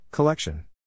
Collection